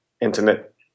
intimate